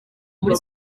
muri